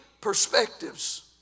perspectives